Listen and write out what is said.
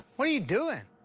what are you doing?